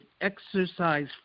exercise